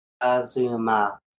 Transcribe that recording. Azuma